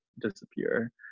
disappear